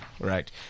right